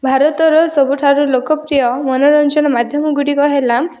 ଭାରତର ସବୁଠାରୁ ଲୋକପ୍ରିୟ ମନୋରଞ୍ଜନ ମାଧ୍ୟମ ଗୁଡ଼ିକ ହେଲା